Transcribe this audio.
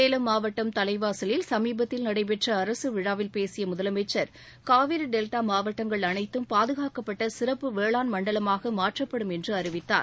சேலம் மாவட்டம் தலைவாசலில் சமீபத்தில் நடைபெற்ற அரசு விழாவில் பேசிய முதலமைச்சர் காவிரி டெல்டா மாவட்டங்கள் அனைத்தும் பாதுகாக்கப்பட்ட சிறப்பு வேளாண் மண்டலமாக மாற்றப்படும் என்று அறிவித்தார்